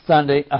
Sunday